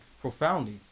profoundly